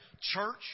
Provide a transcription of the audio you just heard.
Church